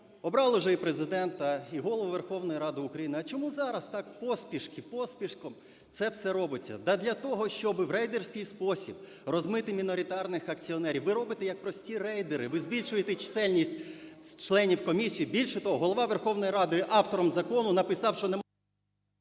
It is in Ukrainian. Обрали вже, і Президента, і Голову Верховної Ради України, а чому зараз так поспішки, поспішком це все робиться? Да для того, щоб в рейдерський спосіб розмити міноритарних акціонерів, ви робите як прості рейдери, ви збільшуєте чисельність членів комісії. Більше того, Голова Верховної Ради автором закону написав, що… ГОЛОВУЮЧИЙ.